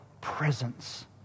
presence